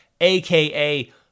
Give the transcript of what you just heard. aka